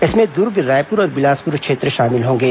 इसमें दूर्ग रायपुर और बिलासपुर क्षेत्र शामिल होंगे